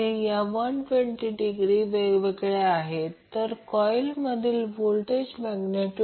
तर I IVg√R g 2 RL 2 x g XL 2 ची magnitude